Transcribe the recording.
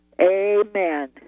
Amen